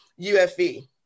UFE